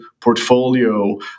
portfolio